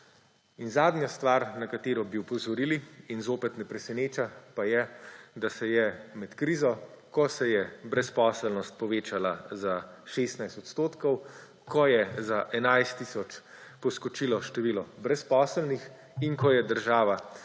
In zadnja stvar, na katero bi opozorili in zoper ne preseneča je, da se je med krizo, ko se je brezposelnost povečala za 16 odstotkov, ko je za 11 tisoč poskočilo število brezposelnih in ko je država izplačala